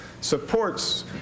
supports